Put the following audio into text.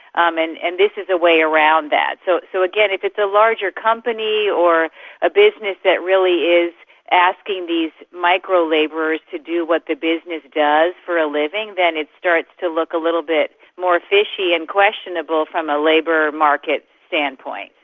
um and and this is a way around that. so so again, if it's a larger company or a business that really is asking these micro-labourers to do what the business does for a living, then it starts to look a little bit more fishy and questionable questionable from a labour market standpoint.